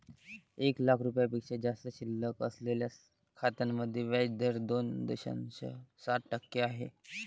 एक लाख रुपयांपेक्षा जास्त शिल्लक असलेल्या खात्यांमध्ये व्याज दर दोन दशांश सात टक्के आहे